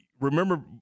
Remember